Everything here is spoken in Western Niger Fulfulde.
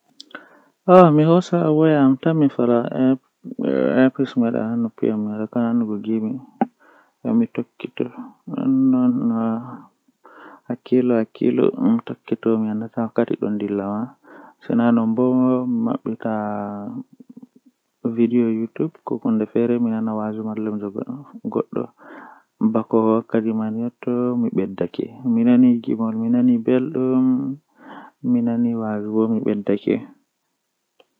Mi fuɗɗiran be emugo ɗume innɗe maɓɓe to oyecci am innɗe mako sei mi yecca mo innɗe am, Minbo tomi yeccimo innɗe am sei min fudda yewtugo ha totton mi yecca egaa hami woni mi emamo kanko bo haatoi owoni ɗume o ɓurɗaa yiɗuki mi yecca mo komi ɓurɗaa yiɗuki ngewta mai juuta.